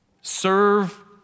serve